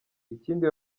ikindi